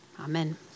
Amen